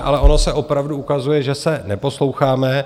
Ale ono se opravdu ukazuje, že se neposloucháme.